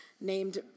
Named